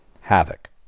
havoc